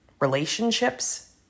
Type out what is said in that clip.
relationships